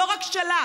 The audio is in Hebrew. לא רק שלך,